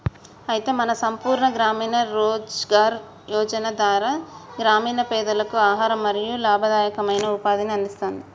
అయితే మన సంపూర్ణ గ్రామీణ రోజ్గార్ యోజన ధార గ్రామీణ పెదలకు ఆహారం మరియు లాభదాయకమైన ఉపాధిని అందిస్తారు